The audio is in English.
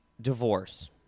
divorce